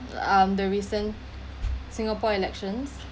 um the reason singapore elections